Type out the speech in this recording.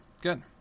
Good